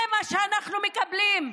זה מה שאנחנו מקבלים,